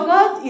God